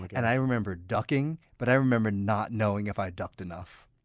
like and i remember ducking, but i remember not knowing if i ducked enough.